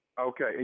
Okay